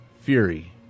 Fury